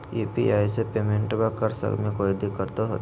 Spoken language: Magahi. यू.पी.आई से पेमेंटबा करे मे कोइ दिकतो होते?